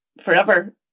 forever